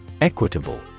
Equitable